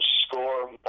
score